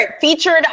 featured